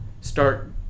start